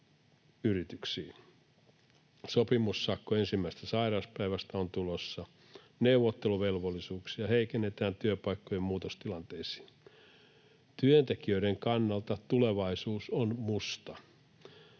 sopimussakko ensimmäisestä sairauspäivästä on tulossa ja neuvotteluvelvollisuuksia heikennetään työpaikkojen muutostilanteisiin. Työntekijöiden kannalta tulevaisuus on musta.